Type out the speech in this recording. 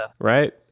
right